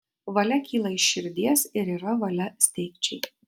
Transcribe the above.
valia kyla iš širdies ir yra valia steigčiai